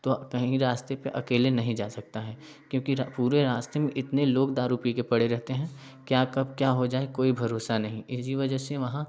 तो कहीं रास्ते पर अकेले नहीं जा सकता है क्योंकि पूरे रास्ते में इतने लोग दारू पी कर पड़े रहते हैं क्या कब क्या हो जाए कोई भरोसा नहीं इसी वजह से वहाँ